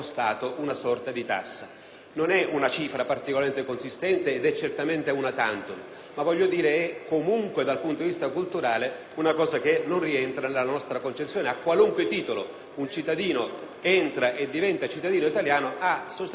tantum*, ma è comunque, dal punto di vista culturale, cosa che non rientra nella nostra concezione: a qualunque titolo un cittadino entri e divenga cittadino italiano deve avere parità di trattamento. Ecco la ragione per la quale chiediamo la soppressione